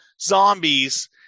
zombies